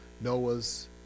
Noah's